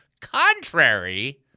contrary